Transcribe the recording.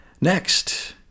Next